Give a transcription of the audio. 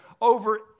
over